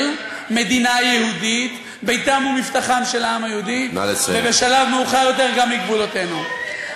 שהם מקבלים פה, ובשררה,